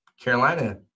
Carolina